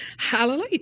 hallelujah